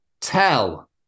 Tell